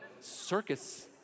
circus